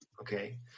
Okay